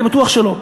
אני בטוח שלא.